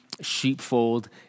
sheepfold